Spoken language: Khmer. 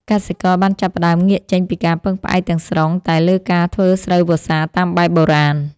កសិករបានចាប់ផ្ដើមងាកចេញពីការពឹងផ្អែកទាំងស្រុងតែលើការធ្វើស្រូវវស្សាតាមបែបបុរាណ។